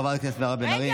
חברת הכנסת מירב בן ארי.